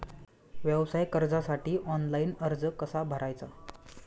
व्यवसाय कर्जासाठी ऑनलाइन अर्ज कसा भरायचा?